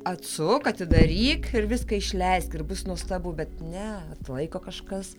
atsuk atidaryk ir viską išleisk ir bus nuostabu bet ne laiko kažkas